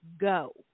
go